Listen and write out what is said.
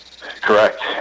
Correct